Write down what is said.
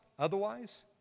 Otherwise